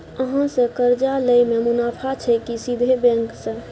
अहाँ से कर्जा लय में मुनाफा छै की सीधे बैंक से?